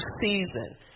season